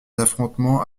affrontements